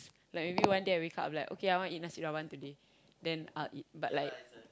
like maybe one day I wake up like okay I wanna eat Nasi-Rawan today then I'll eat but like